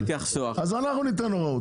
אם לא, אנחנו ניתן הוראות.